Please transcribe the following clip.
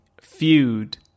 feud